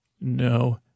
No